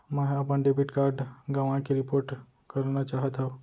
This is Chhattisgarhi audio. मै हा अपन डेबिट कार्ड गवाएं के रिपोर्ट करना चाहत हव